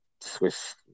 Swiss